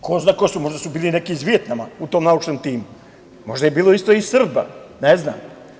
Ko zna ko su, možda su bili neki iz Vijetnama u tom naučnom timu, možda je bilo i Srba, ne znam?